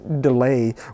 delay